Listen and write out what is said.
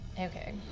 Okay